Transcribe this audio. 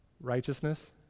Righteousness